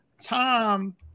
Tom